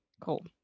Cool